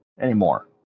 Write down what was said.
anymore